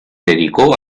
dedicó